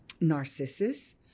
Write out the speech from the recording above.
Narcissus